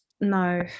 no